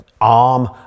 arm